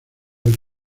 del